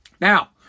Now